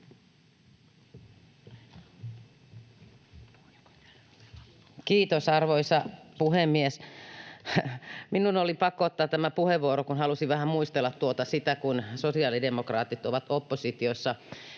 Kiitos, arvoisa puhemies! Minun oli pakko ottaa tämä puheenvuoro, kun halusin vähän muistella sitä, kun sosiaalidemokraatit olivat oppositiossa.